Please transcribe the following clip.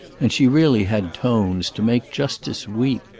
and she really had tones to make justice weep.